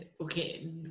okay